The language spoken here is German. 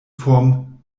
form